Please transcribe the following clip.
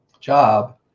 job